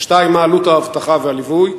2. מה היא עלות האבטחה והליווי?